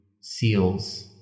seals